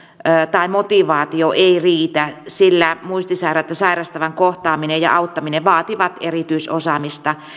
tai motivaatio ei riitä sillä muistisairautta sairastavan kohtaaminen ja auttaminen vaativat erityisosaamista